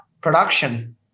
production